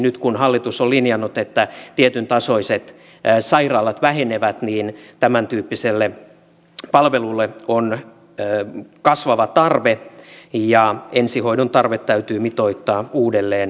nyt kun hallitus on linjannut että tietyntasoiset sairaalat vähenevät niin tämäntyyppiselle palvelulle on kasvava tarve ja ensihoidon tarve täytyy mitoittaa uudelleen